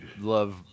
love